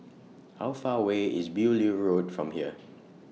How Far away IS Beaulieu Road from here